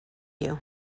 you